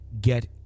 get